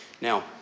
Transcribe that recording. Now